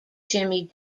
jimmy